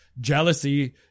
jealousy